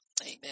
Amen